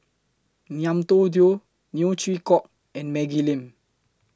Ngiam Tong Dow Neo Chwee Kok and Maggie Lim